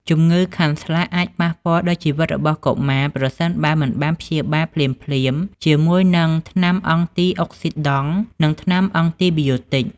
ជំងឺខាន់ស្លាក់អាចប៉ះពាល់ដល់ជីវិតរបស់កុមារ ប្រសិនបើមិនបានព្យាបាលភ្លាមៗជាមួយនឹងថ្នាំអង់ទីអុកស៊ីដង់ និងថ្នាំអង់ទីប៊ីយោទិច។